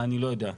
אני לא יודע.